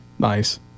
Nice